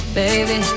baby